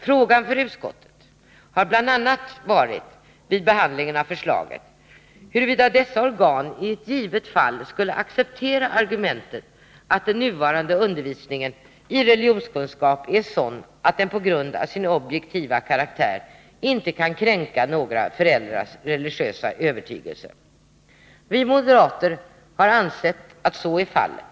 Frågan för utskottet har vid behandlingen av förslaget bl.a. varit huruvida dessa organ i ett givet fall skulle acceptera argumentet att den nuvarande undervisningen i religionskunskap är sådan att den på grund av sin objektiva karaktär inte kan kränka några föräldrars religiösa övertygelse. Vi moderater har ansett att så är fallet...